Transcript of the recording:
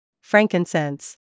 Frankincense